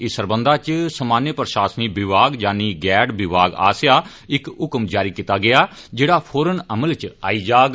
इस सरबंधा इच सामान्य प्रषासिक विभाग यानि गैड विभाग आस्सैआ इक हुकम जारी कीता गेआ जेड़ा फौरन अमल इच आई जाग